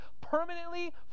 permanently